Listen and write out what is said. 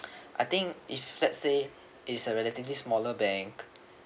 I think if let's say is a relatively smaller bank